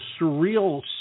surreal